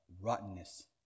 rottenness